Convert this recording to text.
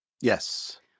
yes